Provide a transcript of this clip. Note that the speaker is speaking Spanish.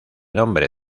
nombre